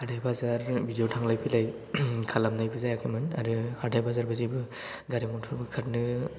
हाथाइ बाजार बिदियाव थांलाय फैलाय खालामनायबो जायाखैमोन आरो हाथाय बाजारबो जेबो गारि मटर बो खारनो